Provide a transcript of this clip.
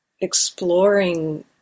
exploring